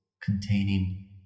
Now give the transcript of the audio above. containing